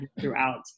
throughout